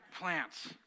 plants